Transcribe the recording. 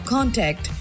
Contact